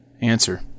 Answer